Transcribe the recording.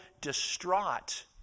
distraught